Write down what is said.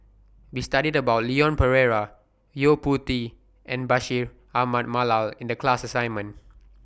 We studied about Leon Perera Yo Po Tee and Bashir Ahmad Mallal in The class assignment